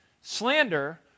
slander